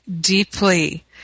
deeply